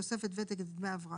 הסבר 111 דמי מחלה